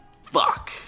fuck